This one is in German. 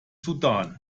sudan